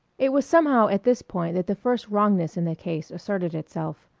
it was somehow at this point that the first wrongness in the case asserted itself.